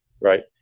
Right